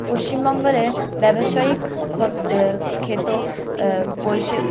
পশ্চিমবঙ্গের ব্যবসায়িক ক্ষত ক্ষেতো পরিষেবা